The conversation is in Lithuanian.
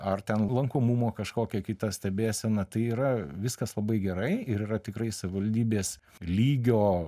ar ten lankomumo kažkokia kita stebėsena tai yra viskas labai gerai ir yra tikrai savivaldybės lygio